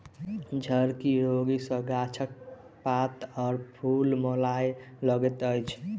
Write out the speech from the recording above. झड़की रोग सॅ गाछक पात आ फूल मौलाय लगैत अछि